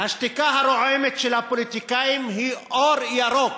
והשתיקה הרועמת של הפוליטיקאים היא אור ירוק,